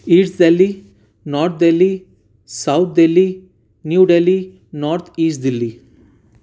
asset Delhi North Delhi South Delhi New Delhi North East Delhi